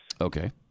Okay